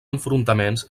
enfrontaments